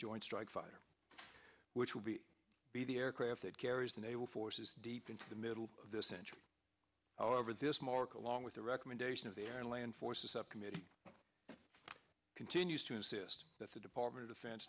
joint strike fighter which would be be the aircraft that carries the naval forces deep into the middle of this century however this mark along with the recommendation of their land forces subcommittee continues to insist that the department of